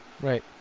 Right